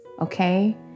Okay